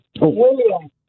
William